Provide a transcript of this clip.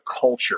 culture